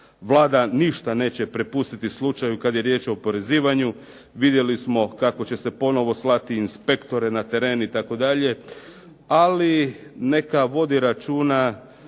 Vlada ništa neće prepustiti slučaju kad je riječ o oporezivanju. Vidjeli smo kako će se ponovo slati inspektore na teren itd., ali neka vodi računa